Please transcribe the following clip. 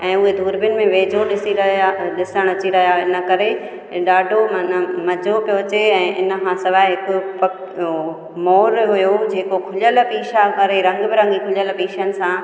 ऐं उए दुरबीन में वेझो ॾिसी करे ॾिसण अची रहिया इन करे ॾाढो माना मज़ो पियो अचे ऐं इन खां सवाइ हिकु मोर हुओ जेको खुलियलु पिशा करे रंग बिरंगी खुलियल पिशनि सां